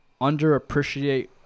underappreciate